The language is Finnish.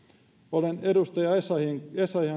olen edustaja essayahin